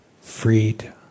freed